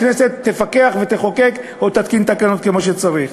הכנסת תפקח ותחוקק או תתקין תקנות כמו שצריך.